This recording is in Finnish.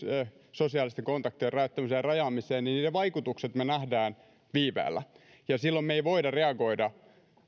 sosiaalisten kontaktien rajoittamiseen ja rajaamiseen me näemme viiveellä emmekä me voi reagoida